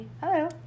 Hello